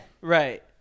Right